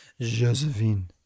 Josephine